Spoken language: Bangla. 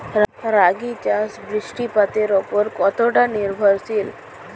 রাগী চাষ বৃষ্টিপাতের ওপর কতটা নির্ভরশীল?